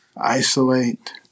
isolate